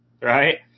right